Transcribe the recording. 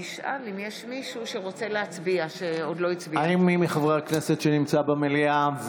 האם מי מחברי הכנסת שנמצא במליאה,